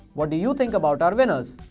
what do you think about our winners?